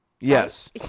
Yes